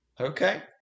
okay